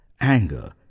anger